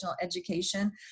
education